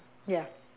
ya